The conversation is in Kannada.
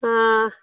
ಹಾಂ